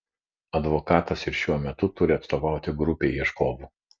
advokatas ir šiuo metu turi atstovauti grupei ieškovų